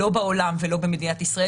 לא בעולם ולא במדינת ישראל.